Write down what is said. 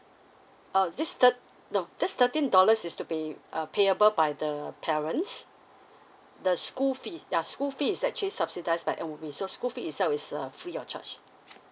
oh this thirt~ no this thirteen dollars is to be uh payable by the parents the school fee ya school fee is actually subsidize by M_O_E so school fee itself is uh free of charge